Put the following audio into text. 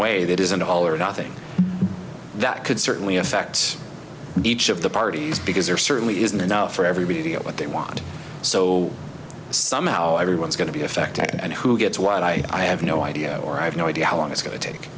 way that isn't all or nothing that could certainly affect each of the parties because there certainly isn't enough for every reveal what they want so somehow everyone's going to be affected and who gets what i have no idea or i've no idea how long it's going to take